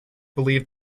believe